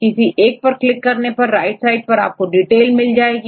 किसी एक पर क्लिक करें तो राइट साइड पर आपको डिटेल मिल जाती है